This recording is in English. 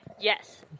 Yes